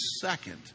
second